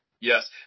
Yes